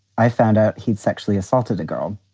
i found out he'd sexually assaulted a girl.